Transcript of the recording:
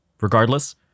Regardless